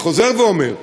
אני חוזר ואומר: